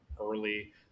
early